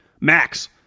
Max